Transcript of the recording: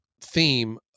theme